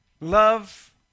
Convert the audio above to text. Love